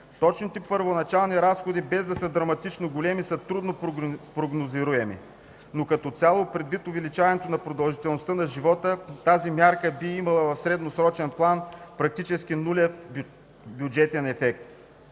Точните първоначални разходи, без да са драматично големи, са трудно прогнозируеми. Но като цяло, предвид увеличаването на продължителността на живота, тази мярка би имала в средносрочен план практически нулев бюджетен ефект,